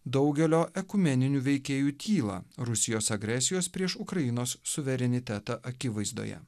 daugelio ekumeninių veikėjų tylą rusijos agresijos prieš ukrainos suverenitetą akivaizdoje